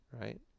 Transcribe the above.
right